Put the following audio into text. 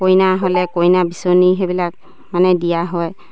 কইনা হ'লে কইনা বিচনী সেইবিলাক মানে দিয়া হয়